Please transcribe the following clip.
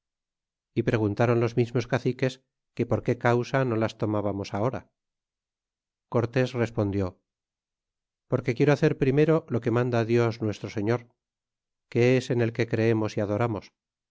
y preguntáron los mismos caciques qué por qué causa no las tomábamos ahora y cortés respondió porque quiero hacer primero lo que manda dios nuestro señor que es en el que creemos y adoramos